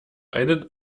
einen